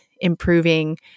improving